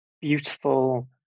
beautiful